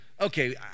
okay